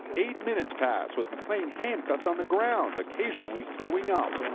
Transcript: eight minutes passed with mcclain handcuffed on the ground, occasionally throwing up.